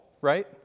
right